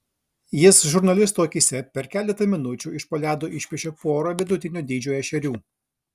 jis žurnalistų akyse per keletą minučių iš po ledo išpešė porą vidutinio dydžio ešerių